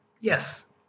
Yes